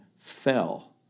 fell